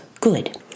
good